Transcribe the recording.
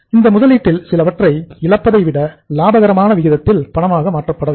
இந்த முதலீட்டில் சிலவற்றை இழப்பதை விட லாபகரமான விகிதத்தில் பணமாக மாற்றப்பட வேண்டும்